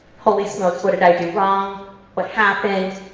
holy smoke, what did i do wrong? what happened?